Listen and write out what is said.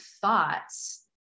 thoughts